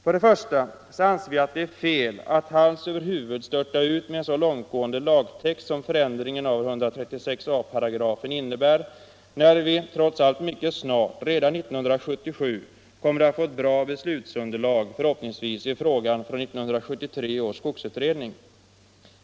För det första anser vi att det är fel att hals över huvud störta ut med en så långtgående lagtext som förändringen av 136 a § innebär när det trots allt mycket snart — redan 1977 — från 1973 års skogsutredning 145 kommer att framläggas ett förhoppningsvis bra beslutsunderlag i frågan.